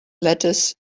lettuce